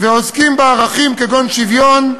ועוסקים בערכים כגון שוויון,